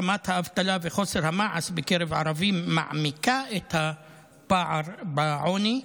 רמת האבטלה וחוסר המעש בקרב הערבים מעמיקה את הפער בעוני.